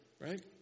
Right